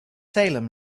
salem